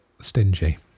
stingy